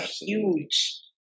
huge